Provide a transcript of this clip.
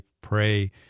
pray